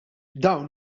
dawn